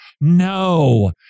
No